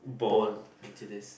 born into this